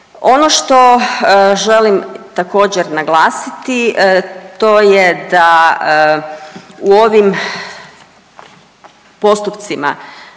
Ono što želim također naglasiti to je da u ovim postupcima